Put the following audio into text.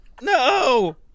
No